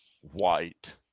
White